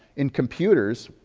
in computers,